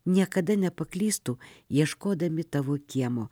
niekada nepaklystų ieškodami tavo kiemo